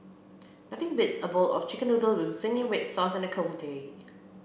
nothing beats a bowl of chicken noodle with zingy red sauce on a cold day